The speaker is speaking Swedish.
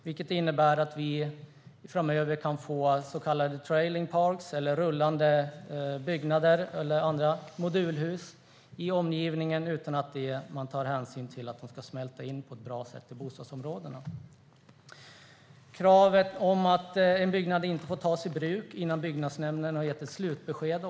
Det innebär att vi framöver kan få så kallade trailer parks eller rullande byggnader eller andra modulhus i bostadsområdena utan att man tar hänsyn till att de ska smälta in i omgivningen på ett bra sätt. Man föreslår också ett undantag när det gäller kravet på att en byggnad inte får tas i bruk innan byggnadsnämnden har gett ett slutbesked.